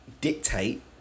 dictate